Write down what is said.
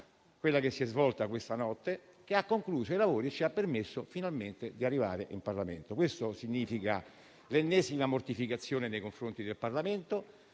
quella che si è svolta questa notte, che ha concluso i lavori e ci ha permesso finalmente di arrivare in Aula. Questo significa l'ennesima mortificazione nei confronti del Parlamento